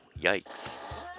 Yikes